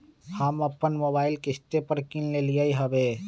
हम अप्पन मोबाइल किस्ते पर किन लेलियइ ह्बे